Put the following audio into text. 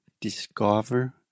discover